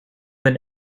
been